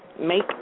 make